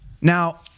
Now